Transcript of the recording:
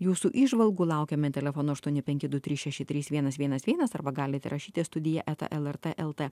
jūsų įžvalgų laukiame telefonu aštuoni penki du trys šeši trys vienas vienas vienas arba galite rašyti studija eta lrt lt